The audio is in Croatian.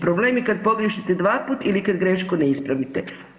Problem je kad pogriješite dvaput ili kad grešku ne ispravite.